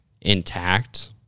intact